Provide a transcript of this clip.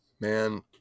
man